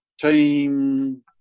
team